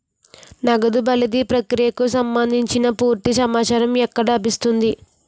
నగదు బదిలీ ప్రక్రియకు సంభందించి పూర్తి సమాచారం ఎక్కడ లభిస్తుంది?